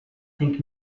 think